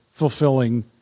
fulfilling